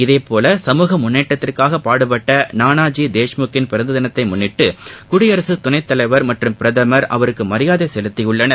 இதேபோல் சமூக முன்னேற்றத்திற்காக பாடுபட்ட நானாஜி தேஷ்முக்கின் பிறந்த தினத்தை முன்னிட்டு குடியரசு துணைத் தலைவர் மற்றும் பிரதமர் அவருக்கு மரியாதை செலுத்தியுள்ளனர்